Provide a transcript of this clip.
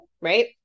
Right